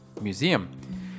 museum